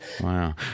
wow